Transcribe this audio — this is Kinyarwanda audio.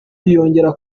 biyongera